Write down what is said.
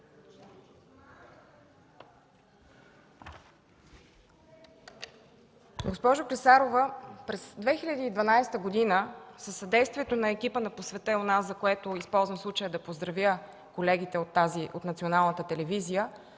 Госпожо Клисарова, през 2012 г., със съдействието на екипа на „По света и у нас”, за което използвам случая да поздравя колегите от Националната телевизия,